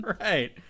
Right